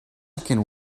can